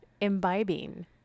imbibing